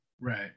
Right